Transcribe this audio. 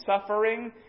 suffering